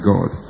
God